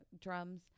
drums